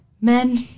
men